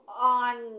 on